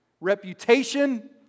reputation